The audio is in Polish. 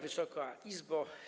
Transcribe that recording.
Wysoka Izbo!